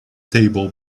table